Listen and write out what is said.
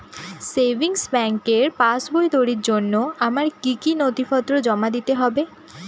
Savings ব্যাংকের পাসবই তৈরির জন্য আমার কি কি নথিপত্র জমা দিতে হবে?